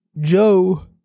Joe